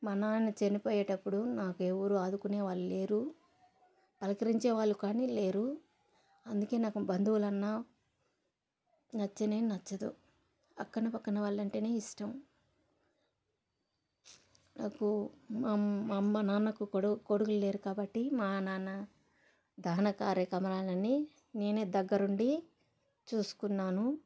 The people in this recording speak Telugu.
మా నాన్న చనిపోయేటప్పుడు నాకు ఎవరు ఆదుకునే వాళ్ళు లేరు పలకరించే వాళ్ళు కానీ లేరు అందుకే నాకు బంధువులు అన్నా నచ్చనే నచ్చదు అక్కన పక్కన వాళ్ళ అంటేనే ఇష్టం నాకు మా అమ్మ నాన్నకు కొడుకులు లేరు కాబట్టి మా నాన్న దహన కార్యక్రమాలన్నీ నేనే దగ్గర ఉండి చూసుకున్నాను